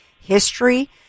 history